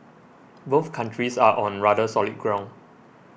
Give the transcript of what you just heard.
both countries are on rather solid ground